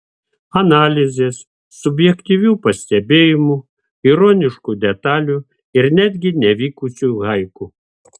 analizės subjektyvių pastebėjimų ironiškų detalių ir netgi nevykusių haiku